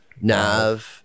Nav